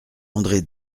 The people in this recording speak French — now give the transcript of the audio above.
andré